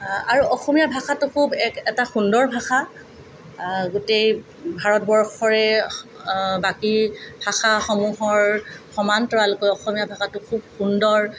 আৰু অসমীয়া ভাষাটোতো এক এটা সুন্দৰ ভাষা গোটেই ভাৰতবৰ্ষৰে বাকী ভাষাসমূহৰ সমান্তৰালকৈ অসমীয়া ভাষাটো খুব সুন্দৰ